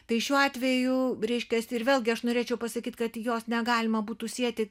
tai šiuo atveju reiškiasi ir vėlgi aš norėčiau pasakyti kad jos negalima būtų sieti